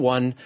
One